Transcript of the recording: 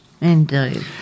Indeed